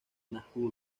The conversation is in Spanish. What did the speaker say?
náhuatl